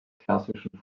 klassischen